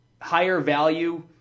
higher-value